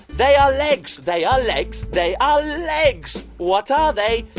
they are legs. they are legs. they are legs. what are they?